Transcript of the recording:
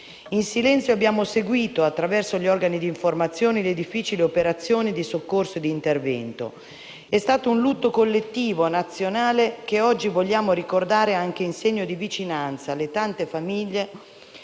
In silenzio abbiamo seguito, attraverso gli organi di informazione, le difficili operazioni di soccorso e di intervento. È stato un lutto collettivo e nazionale, che oggi vogliamo ricordare anche in segno di vicinanza alle tante famiglie